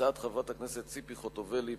הצעת חברת הכנסת ציפי חוטובלי,